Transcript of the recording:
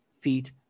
feet